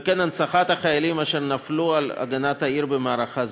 וכן הנצחת החיילים אשר נפלו על הגנת העיר במערכה זו.